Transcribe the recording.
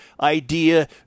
idea